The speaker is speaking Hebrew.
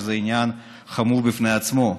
שזה עניין חמור בפני עצמו.